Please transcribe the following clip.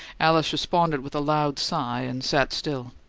alice responded with a loud sigh, and sat still.